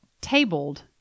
tabled